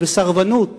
סרבנות